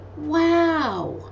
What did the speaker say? Wow